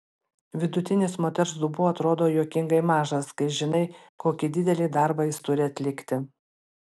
vidutinis moters dubuo atrodo juokingai mažas kai žinai kokį didelį darbą jis turi atlikti